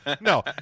No